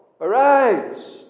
Arise